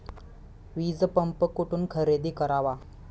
वीजपंप कुठून खरेदी करावा?